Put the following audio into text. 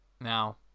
now